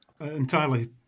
entirely